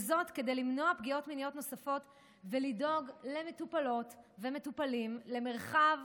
וזאת כדי למנוע פגיעות מיניות נוספות ולדאוג למטופלות ולמטופלים למרחב